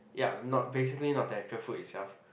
ya not basically not the actual fruit itself